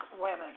women